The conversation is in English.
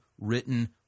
written